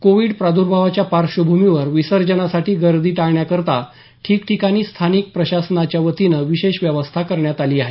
Covid प्रादूर्भावाच्या पार्श्वभूमीवर विसर्जनासाठी गर्दी टाळण्याकरता ठिकठिकाणी स्थानिक प्रशासनाच्या वतीनं विशेष व्यवस्था करण्यात आली आहे